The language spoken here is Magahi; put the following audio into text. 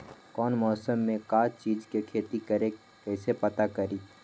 कौन मौसम में का चीज़ के खेती करी कईसे पता करी?